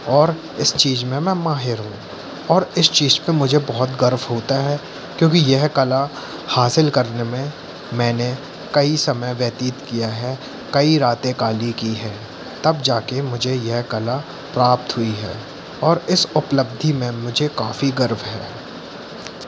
और इस चीज़ में मैं माहिर हूँ और इस चीज़ पे मुझे बहुत गर्व होता है क्योंकि यह कला हासिल करने में मैंने कई समय व्यतीत किया है कई रातें काली की हैं तब जाके मुझे यह कला प्राप्त हुई है और इस उपलब्धि में मुझे काफ़ी गर्व है